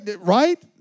right